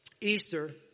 Easter